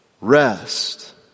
rest